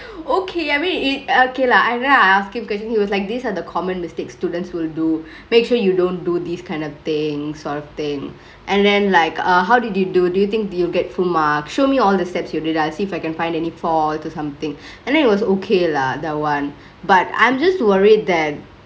okay I mean it okay lah and then I asked him questions lah he was like these are the common mistakes students will do make sure you don't do these kind of thingks sort of thingk and then like err how did you do do you think you'd get full marks show me all the steps you do then I'll see if I can find any faults or somethingk and then it was okay lah that one but I'm just worried that